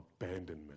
abandonment